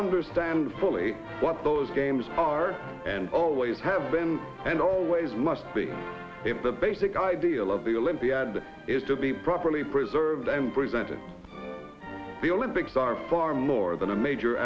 understand fully what those games are and always have been and always must be if the basic ideal of the olympiad is to be properly preserved and presented the olympics are far more than a major